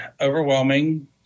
overwhelming